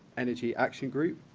energy action group,